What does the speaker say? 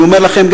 ואני אומר לכם,